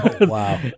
Wow